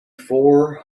four